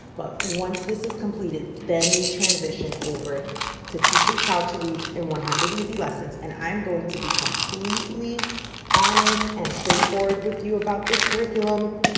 but once this is completed, then we transition over to teach your child to read in one hundred easy lessons and i'm going to be completely honest and straightforward with you about this curriculum.